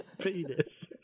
Penis